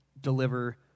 deliver